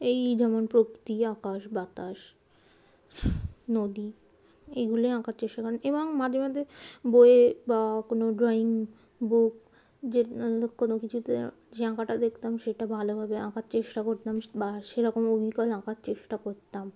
এই যেমন প্রকৃতি আকাশ বাতাস নদী এইগুলোই আঁকার চেষ্টা করতাম এবং মাঝে মাঝে বইয়ে বা কোনো ড্রয়িং বুক যে কোনো কিছুতে যে আঁকাটা দেখতাম সেটা ভালোভাবে আঁকার চেষ্টা করতাম বা সেরকম অবিকল আঁকার চেষ্টা করতাম